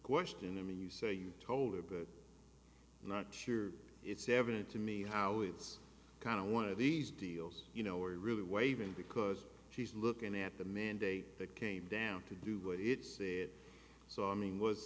question and you say you told it but not sure it's evident to me how it's kind of one of these deals you know we really waive in because she's looking at the mandate that came down to do what it said so i mean was